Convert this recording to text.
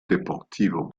deportivo